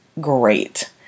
great